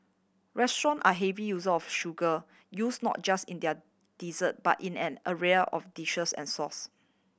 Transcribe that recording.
restaurant are heavy user of sugar use not just in their dessert but in an array of dishes and sauce